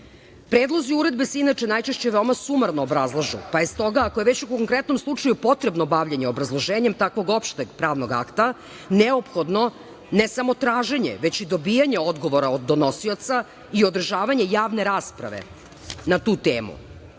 legis. Predlozi uredbe se inače najčešće veoma sumarno obrazlažu, pa je stoga ako je već u konkretnom slučaju potrebno bavljenje obrazloženjem tako opšteg pravnog akta neophodno ne samo traženje već i dobijanje odgovora od donosioca i održavanje javne rasprave na tu